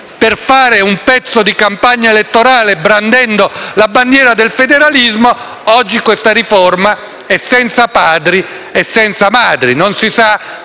per fare un pezzo di campagna elettorale brandendo la bandiera del federalismo. Oggi quella riforma è senza padri e senza madri,